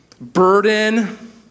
burden